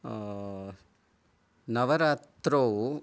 नवरात्रौ